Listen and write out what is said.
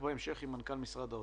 שבהמשך יהיה בו גם מנכ"ל משרד האוצר.